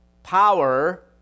Power